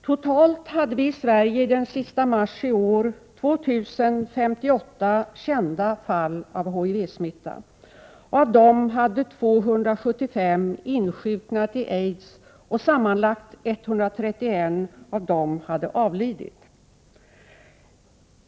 Totalt hade vi i Sverige den sista mars i år 2 058 kända fall av HIV-smitta. Av dessa hade 275 insjuknat i aids, och sammanlagt 131 av dessa hade avlidit.